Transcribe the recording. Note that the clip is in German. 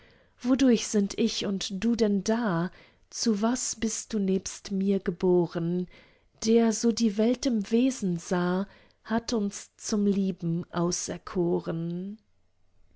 wodurch sind ich und du denn da zu was bist du nebst mir geboren der so die welt im wesen sah hat uns zum lieben auserkoren